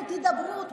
באמת, אל תפחידו סתם.